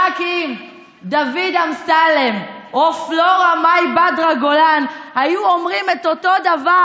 רק אם דוד אמסלם או פלורה מאי בדרה גולן היו אומרים את אותו דבר,